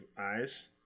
eyes